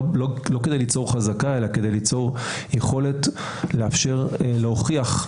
כדי ליצור חזקה אלא כדי ליצור יכולת לאפשר להוכיח,